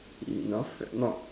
enough and not